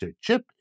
chip